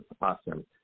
Awesome